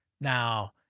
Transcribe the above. Now